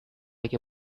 like